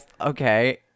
okay